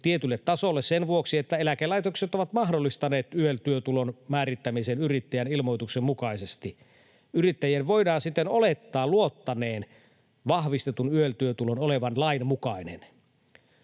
tietylle tasolle sen vuoksi, että eläkelaitokset ovat mahdollistaneet YEL-työtulon määrittämisen yrittäjän ilmoituksen mukaisesti. Yrittäjien voidaan siten olettaa luottaneen vahvistetun YEL-työtulon olevan lain mukainen.